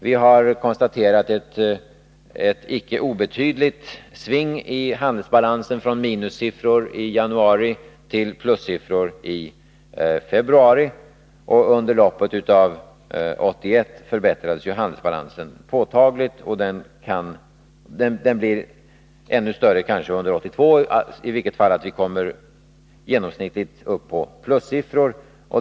Vi har konstaterat ett icke obetydligt sving i handelsbalansen från minussiffror i januari till plussiffror i februari. Under loppet av år 1981 förbättrades ju handelsbalansen påtagligt, och den blir ännu bättre under 1982. I vart fall kommer den genomsnittligt upp på plussiffror.